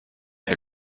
est